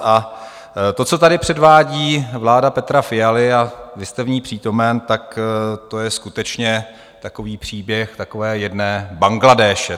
A to, co tady předvádí vláda Petra Fialy, a vy jste v ní přítomen, to je skutečně takový příběh takové jedné Bangladéše.